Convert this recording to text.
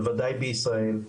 בוודאי בישראל.